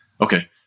Okay